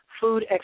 food